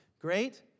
great